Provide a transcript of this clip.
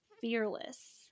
Fearless